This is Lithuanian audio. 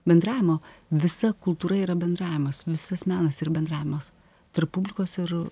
bendravimo visa kultūra yra bendravimas visas menas yra bendravimas tarp publikos ir